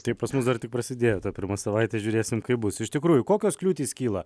tai pas mus dar tik prasidėjo ta pirma savaitė žiūrėsim kaip bus iš tikrųjų kokios kliūtys kyla